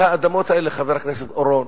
על האדמות האלה, חבר הכנסת אורון,